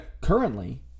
currently